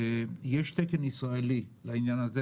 יש תקן ישראלי לעניין הזה,